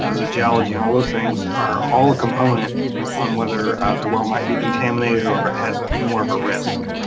ah the geology and all those things are all a component on whether their well might be contaminated or if it has ah more of a risk.